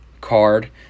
card